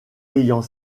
ayant